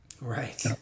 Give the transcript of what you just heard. Right